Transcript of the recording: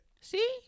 See